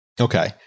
Okay